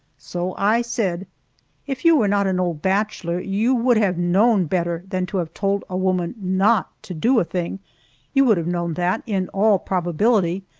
so i said if you were not an old bachelor you would have known better than to have told a woman not to do a thing you would have known that, in all probability,